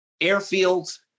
airfields